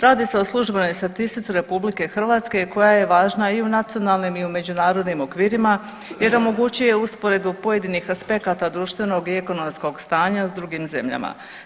Radi se o službenoj statistici RH koja je važna i u nacionalnim i u međunarodnim okvirima jer omogućuje usporedbu pojedinih aspekata društvenog i ekonomskog stanja s drugim zemljama.